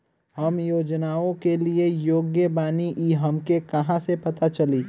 हम योजनाओ के लिए योग्य बानी ई हमके कहाँसे पता चली?